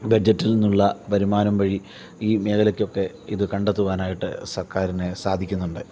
ബഡ്ജറ്റിൽനിന്നുള്ള വരുമാനം വഴി ഈ മേഖലയ്ക്ക് ഒക്കെ ഇത് കണ്ടെത്തുവാനായിട്ട് സർക്കാരിന് സാധിക്കുന്നുണ്ട്